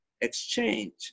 exchange